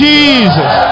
Jesus